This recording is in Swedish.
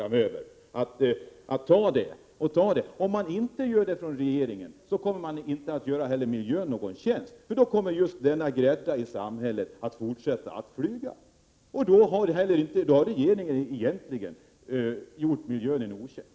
Om regeringen inte tar det, kommer man inte heller att göra miljön någon tjänst, för då kommer just denna grädda i samhället att fortsätta att flyga. Och då har regeringen egentligen gjort miljön en otjänst.